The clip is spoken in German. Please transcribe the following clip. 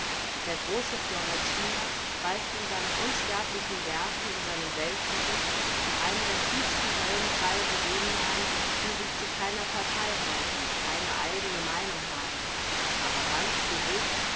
der große florentiner weist in seinem unsterblichen werke in seinem weltgericht einen der tiefsten höllenkreise denen an die sich zu keiner parthei halten keine eigne meinung haben aber ganz gewiß